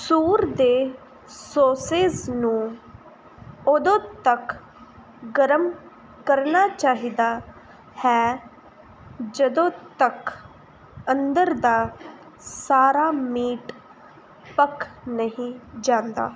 ਸੂਰ ਦੇ ਸੌਸੇਜ ਨੂੰ ਉਦੋਂ ਤੱਕ ਗਰਮ ਕਰਨਾ ਚਾਹੀਦਾ ਹੈ ਜਦੋਂ ਤੱਕ ਅੰਦਰ ਦਾ ਸਾਰਾ ਮੀਟ ਪੱਕ ਨਹੀਂ ਜਾਂਦਾ